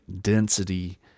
density